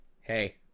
hey